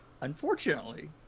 unfortunately